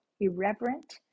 irreverent